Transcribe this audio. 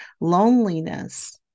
loneliness